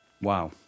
Wow